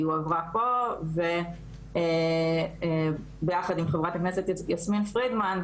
היא הועברה פה וביחד עם חברת הכנסת יסמין פרידמן,